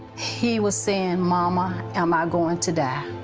he was saying, mama, am i going to die?